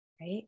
right